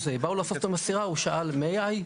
כשבאו לאסוף אותו מהסירה הוא שאל: May I?,